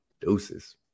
Deuces